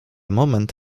moment